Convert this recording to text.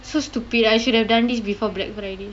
so stupid I should've done this before black friday